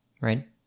right